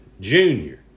Junior